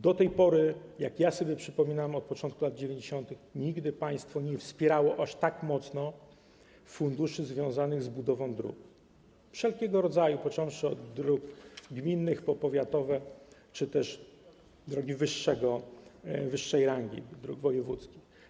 Do tej pory, jak ja sobie przypominam, od początku lat 90. nigdy państwo nie wspierało aż tak mocno funduszy związanych z budową dróg, wszelkiego rodzaju, począwszy od dróg gminnych po powiatowe czy też drogi wyższej rangi, drogi wojewódzkie.